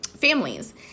families